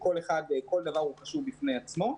וכל דבר הוא חשוב בפני עצמו.